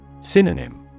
Synonym